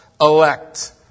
elect